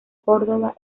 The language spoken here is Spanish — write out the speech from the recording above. córdoba